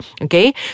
okay